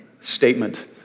statement